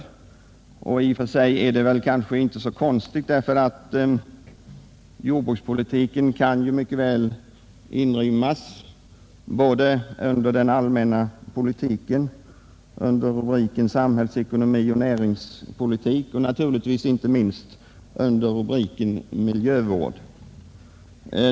I och för sig är detta inte så konstigt, därför att jordbrukspolitiken mycket väl kan inrymmas såväl under den allmänna politiken som under rubriken Samhällsekonomi och näringspolitik och naturligtvis inte minst under rubriken Miljövård.